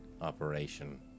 operation